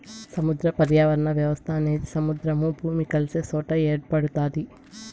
సముద్ర పర్యావరణ వ్యవస్థ అనేది సముద్రము, భూమి కలిసే సొట ఏర్పడుతాది